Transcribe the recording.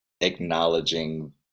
acknowledging